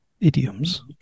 idioms